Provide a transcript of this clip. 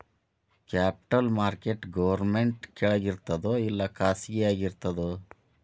Capital market government ಕೆಳಗಿರ್ತದೋ ಇಲ್ಲಾ ಖಾಸಗಿಯಾಗಿ ಇರ್ತದೋ?